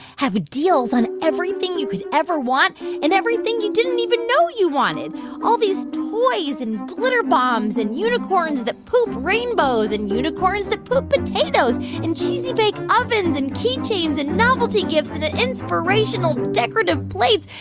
have deals on everything you could ever want and everything you didn't even know you wanted all these toys and glitter bombs and unicorns that poop rainbows and unicorns that poop potatoes and cheesy bake ovens and keychains and novelty gifts and ah inspirational decorative plates.